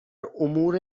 امور